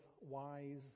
wise